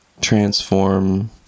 transform